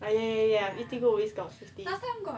ah ya ya ya eatigo always got fifty